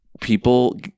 People